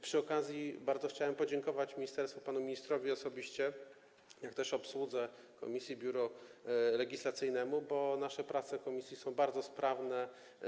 Przy okazji bardzo chciałem podziękować ministerstwu, panu ministrowi osobiście, jak też obsłudze komisji, Biuru Legislacyjnemu, bo dzięki nim nasze prace w komisji przebiegają bardzo sprawnie.